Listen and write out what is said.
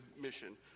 mission